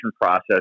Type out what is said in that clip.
process